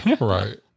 Right